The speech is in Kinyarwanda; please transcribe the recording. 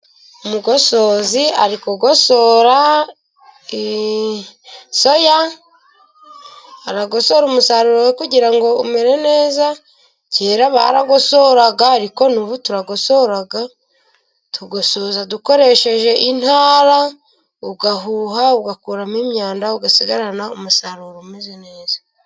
Umugosozi ari gugosora i soya, aragosora umusaruro kugira ngo umere neza, kera baragosoraga, ariko n'ubu turakosora, tugosora dukoresheje intara, urahuha ugakuramo imyanda, ugasigarana umusaruro umeze neza.